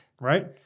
right